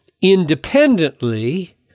independently